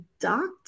doctor